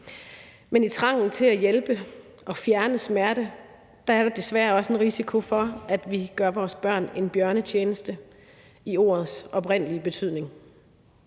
Men med trangen til at hjælpe og fjerne smerte er der desværre også en risiko for, at vi gør vores børn en bjørnetjeneste – i ordets oprindelige betydning.